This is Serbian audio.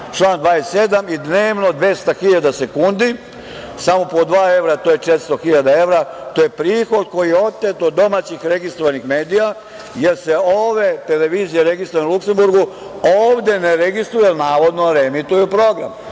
27, i dnevno 200 hiljada sekundi. Samo po dva evra to je 400 hiljada evra. To je prihod koji je otet od domaćih registrovanih medija, jer se ove televizije registrovane u Luksemburgu ovde ne registruju jer navodno reemituju program,